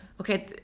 Okay